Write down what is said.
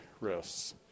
risks